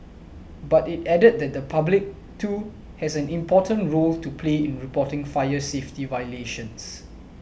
but it added that the public too has an important role to play in reporting fire safety violations